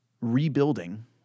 rebuilding